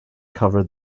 covered